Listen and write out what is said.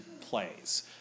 plays